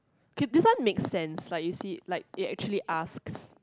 okay this one makes sense like you see like it actually asks